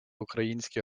українське